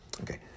okay